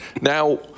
Now